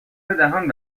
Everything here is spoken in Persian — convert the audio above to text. دهان